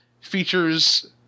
features